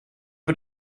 per